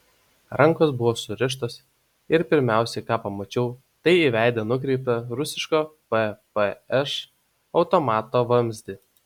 rankos buvo surištos ir pirmiausiai ką pamačiau tai į veidą nukreiptą rusiško ppš automato vamzdį